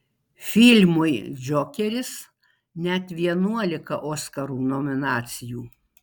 filmui džokeris net vienuolika oskarų nominacijų